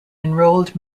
enrolled